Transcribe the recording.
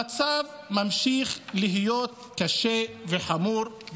המצב במערכת החינוך ממשיך להיות קשה וחמור.